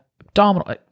abdominal